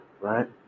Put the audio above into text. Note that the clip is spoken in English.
right